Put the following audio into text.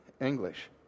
English